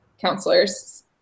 counselors